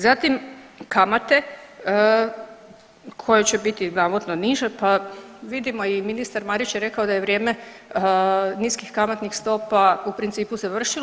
Zatim kamate koje će biti navodno niže pa vidimo i ministar Marić je rekao da je vrijeme niskih kamatnih stopa u principu završilo.